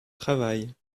travail